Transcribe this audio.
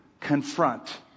confront